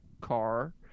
car